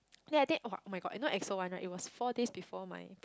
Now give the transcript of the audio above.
yea I think oh [oh]-my-god you know EXO one right it was four days before my